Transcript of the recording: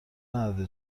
نداده